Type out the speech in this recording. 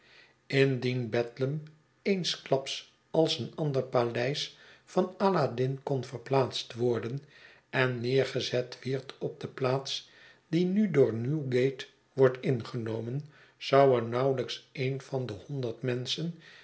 indien bedlam eensklaps als een ander paleis van aladdin kon verplaatst worden en neergezet wierd op de plaats dienu door newgate wordt ingenomen zou er nauwelijks een van de honderd menschen